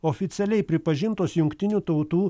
oficialiai pripažintos jungtinių tautų